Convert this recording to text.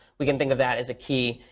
we can think of that as a key.